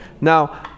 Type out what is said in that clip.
now